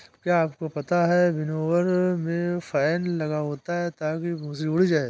क्या आपको पता है विनोवर में फैन लगा होता है ताकि भूंसी उड़ जाए?